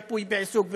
ריפוי בעיסוק וכו'